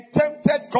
tempted